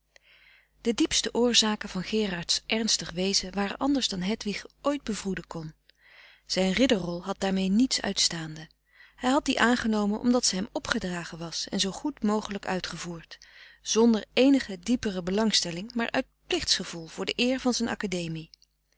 de diepste oorzaken van gerards ernstig wezen waren anders dan hedwig ooit bevroeden kon zijn ridderrol had daarmee niets uitstaande hij had die aangenomen omdat ze hem opgedragen was en zoo goed mogelijk uitgevoerd zonder eenige diepere belangstelling maar uit plichtsgevoel voor de eer van zijn academie